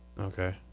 Okay